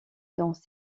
dans